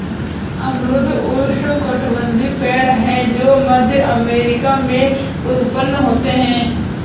अमरूद उष्णकटिबंधीय पेड़ है जो मध्य अमेरिका में उत्पन्न होते है